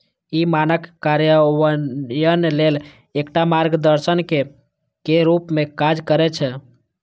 ई मानक कार्यान्वयन लेल एकटा मार्गदर्शक के रूप मे काज करै छै